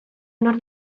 nor